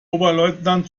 oberleutnant